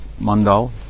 mandal